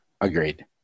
agreed